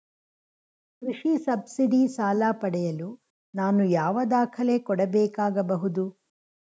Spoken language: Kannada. ಕೃಷಿ ಸಬ್ಸಿಡಿ ಸಾಲ ಪಡೆಯಲು ನಾನು ಯಾವ ದಾಖಲೆ ಕೊಡಬೇಕಾಗಬಹುದು?